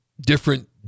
different